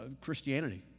Christianity